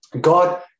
God